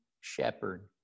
shepherd